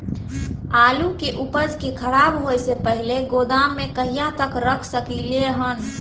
आलु के उपज के खराब होय से पहिले गोदाम में कहिया तक रख सकलिये हन?